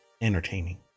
entertaining